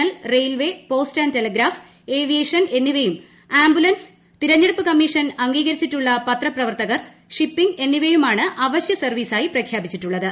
L railway post and telegraph aviation എന്നിവയും ambulance തിരഞ്ഞെടുപ്പ് commission അംഗീകരിച്ചിട്ടുള്ള പത്ര പ്രവർത്തകർ ഷിപ്പിംഗ് എന്നിവയുമാണ് അവശ്യ സർവീസായി പ്രഖ്യാപിച്ചിട്ടുള്ളത്